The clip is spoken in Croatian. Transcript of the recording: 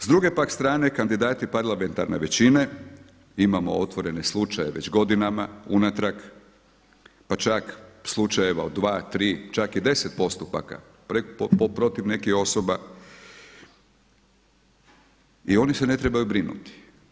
S druge pak strane kandidati parlamentarne većine, imamo otvorene slučajeve već godinama unatrag, pa čak slučajeva od dva, tri, čak i deset postupaka protiv nekih osoba i oni se ne trebaju brinuti.